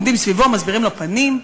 עומדים סביבו מסבירים לו פנים.